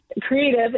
creative